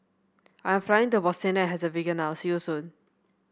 I'm flying to Bosnia and Herzegovina now see you soon